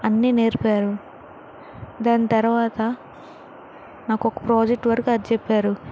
అన్నీ నేర్పారు దాని తర్వాత నాకు ఒక ప్రాజెక్ట్ వర్క్ అప్పచెప్పారు